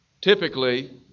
Typically